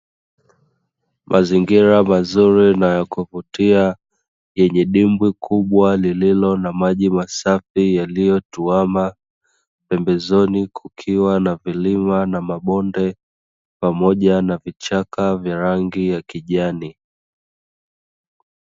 Mazingira mazuri na ya kuvutia yenye dimbwi kubwa lililo na maji masafi yaliyotuama, pembezoni kukiwa na vilima na mabonde pamoja na vichaka vya rangi ya kijani.